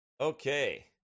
Okay